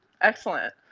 excellent